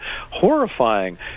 Horrifying